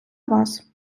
вас